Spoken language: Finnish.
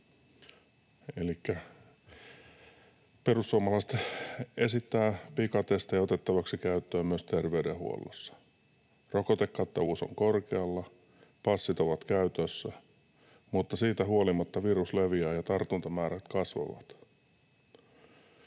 Perussuomalaiset esittävät pikatestejä otettavaksi käyttöön myös tervey-denhuollossa. Rokotekattavuus on korkealla, passit ovat käytössä, mutta siitä huolimatta virus leviää ja tartuntamäärät kasvavat.